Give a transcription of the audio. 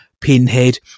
pinhead